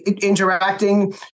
interacting